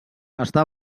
està